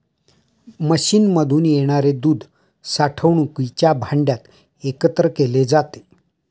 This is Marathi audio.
मशीनमधून येणारे दूध साठवणुकीच्या भांड्यात एकत्र केले जाते